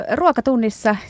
ruokatunnissa